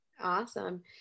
Awesome